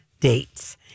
dates